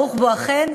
ברוך בואכן.